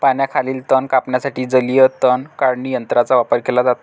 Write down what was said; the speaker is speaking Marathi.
पाण्याखालील तण कापण्यासाठी जलीय तण काढणी यंत्राचा वापर केला जातो